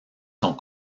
sont